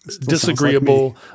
disagreeable